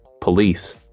Police